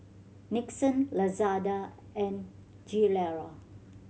Nixon Lazada and Gilera